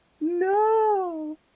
No